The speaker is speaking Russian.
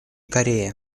корея